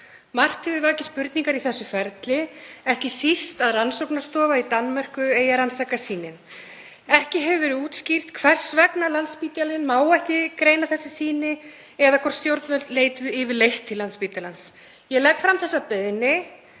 Margt hefur vakið spurningar í þessu ferli, ekki síst að rannsóknastofa í Danmörku eigi að rannsaka sýnin. Ekki hefur verið útskýrt hvers vegna Landspítalinn má ekki greina þau eða hvort stjórnvöld leituðu yfirleitt til Landspítalans. Ég legg fram þessa beiðni